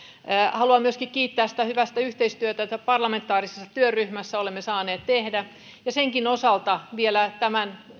haluan myöskin kiittää siitä hyvästä yhteistyöstä jota parlamentaarisessa työryhmässä olemme saaneet tehdä senkin osalta vielä tämän